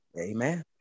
Amen